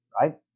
right